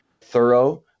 thorough